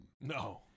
No